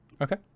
Okay